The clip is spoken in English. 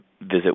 visit